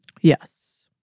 Yes